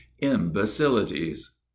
imbecilities